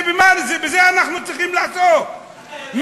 בזה אנחנו צריכים לעסוק.